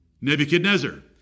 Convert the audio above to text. Nebuchadnezzar